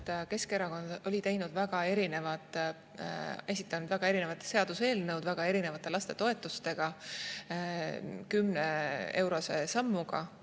Keskerakond oli esitanud väga erinevad seaduseelnõud erinevate lastetoetustega, 10‑eurose sammuga.